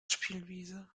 spielwiese